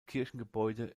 kirchengebäude